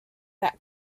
that